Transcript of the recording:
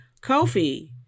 Kofi